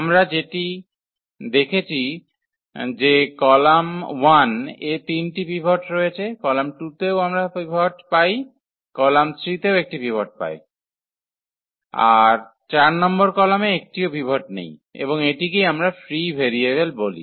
আমরা যেটি যেটা দেখেছি যে কলাম 1 এ তিনটি পিভট রয়েছে কলাম 2 তেও আমরা পিভট পাই কলাম 3 তেও একটি পিভট রয়েছে আর 4 নম্বর কলামে একটিও পিভট নেই এবং এটিকেই আমরা ফ্রি ভেরিয়েবল বলি